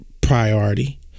priority